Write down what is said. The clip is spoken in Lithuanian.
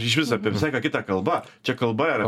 išvis apie visai ką kita kalba čia kalba yra